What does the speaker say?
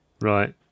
Right